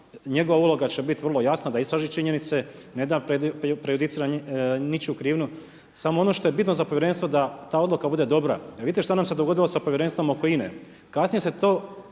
njegova uloga će biti vrlo jasna da istraži činjenice ne da prejudiciram ničiju krivnju, samo ono što je bitno za povjerenstvo da ta odluka bude dobra jer vidite šta nam se dogodilo sa povjerenstvom oko INA-e.